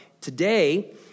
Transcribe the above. today